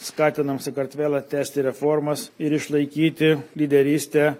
skatinam sakartvelą tęsti reformas ir išlaikyti lyderystę